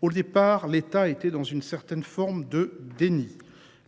Au départ, l’État était dans une certaine forme de déni :